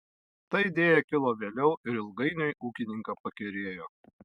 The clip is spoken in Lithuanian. ta idėja kilo vėliau ir ilgainiui ūkininką pakerėjo